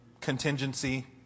Contingency